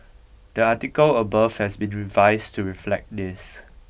the article above has been revised to reflect this